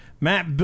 Matt